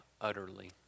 Utterly